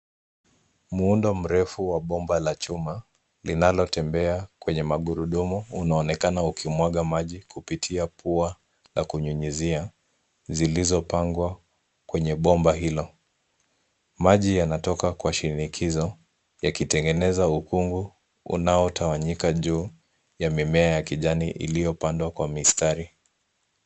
Muundo mrefu wa bomba la chuma, linalotembea kwenye magurudumu, unaonekana uki mwaga maji kupitia pua ya kunyunyizia zilizopangwa kwenye bomba hilo. Maji yanatoka kwa shinikizo yakitengeneza ukungu unaotawaanyika juu ya mimea ya kijani iliyopandwa kwa mistari.